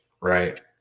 Right